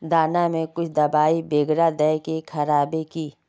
दाना में कुछ दबाई बेगरा दय के राखबे की?